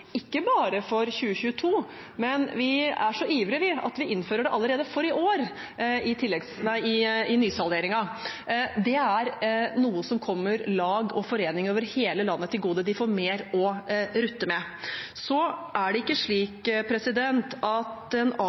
ikke bare for 2022, men vi er så ivrige at vi innfører det allerede for i år i nysalderingen – er noe som kommer lag og foreninger over hele landet til gode. De får mer å rutte med. Det er ikke slik at en